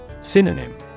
Synonym